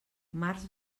març